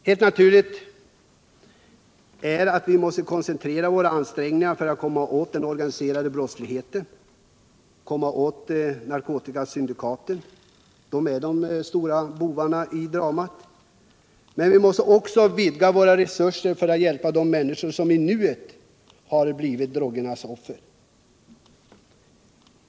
Helt naturligt är att vi måste koncentrera våra ansträngningar på att komma åt den organiserade brottsligheten och narkotikasyndikaten. De är de stora bovarna i dramat. Men vi måste också öka våra resurser att hjälpa de människor som i nuet är drogernas offer.